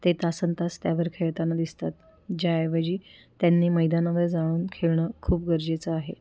ते तासनतास त्यावर खेळताना दिसतात ज्याऐवजी त्यांनी मैदानावर जाऊन खेळणं खूप गरजेचं आहे